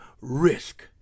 risk